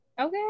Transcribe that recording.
Okay